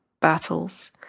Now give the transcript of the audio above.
battles